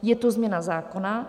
Je to změna zákona.